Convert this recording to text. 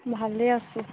ভালেই আছোঁ